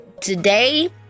today